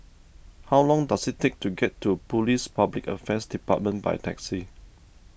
how long does it take to get to Police Public Affairs Department by taxi